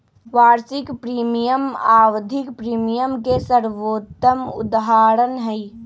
वार्षिक प्रीमियम आवधिक प्रीमियम के सर्वोत्तम उदहारण हई